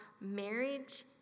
marriage